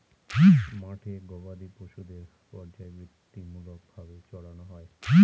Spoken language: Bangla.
মাঠে গোবাদি পশুদের পর্যায়বৃত্তিমূলক ভাবে চড়ানো হয়